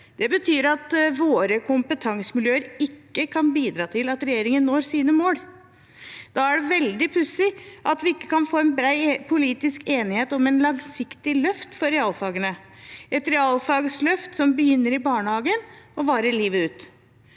Det betyr at våre kompetansemiljøer ikke kan bidra til at regjeringen når sine mål. Da er det veldig pussig at vi ikke kan få en bred politisk enighet om et langsiktig løft for realfagene, et realfagsløft som begynner i barnehagen og varer livet ut.